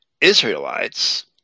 Israelites